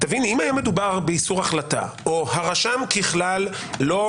אם היה מדובר באיסור החלטה, או הרשם ככלל לא